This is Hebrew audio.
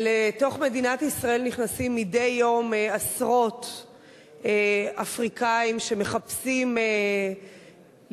לתוך מדינת ישראל נכנסים מדי יום עשרות אפריקנים שמחפשים לשרוד,